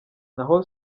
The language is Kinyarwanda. naho